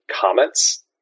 comments